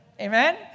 Amen